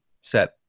set